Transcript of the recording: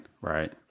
right